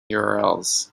urls